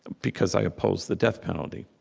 because i oppose the death penalty.